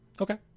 Okay